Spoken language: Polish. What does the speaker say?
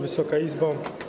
Wysoka Izbo!